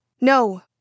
No